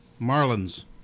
Marlins